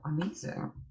amazing